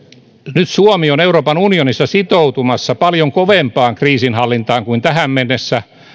nyt suomi on euroopan unionissa sitoutumassa paljon kovempaan kriisinhallintaan kuin tähän mennessä